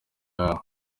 yawe